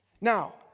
Now